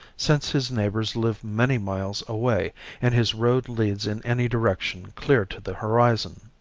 since his neighbors live many miles away and his road leads in any direction clear to the horizon.